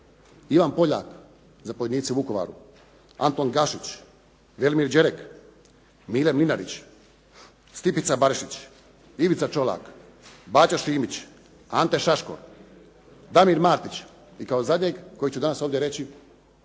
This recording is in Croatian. Ivan Poljak zapovjednici u Vukovaru. Anton Gašić, Velimir Đerek, Mile Mlinarić, Stipica Barišić, Ivica Čolak, Bađo Šimić, Ante Šaško, Damir Martić i kao zadnjeg kojeg ću danas ovdje reći